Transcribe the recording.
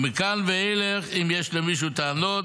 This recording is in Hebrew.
ומכאן ואילך, אם יש למישהו טענות